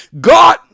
God